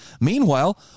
Meanwhile